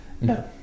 No